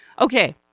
okay